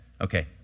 Okay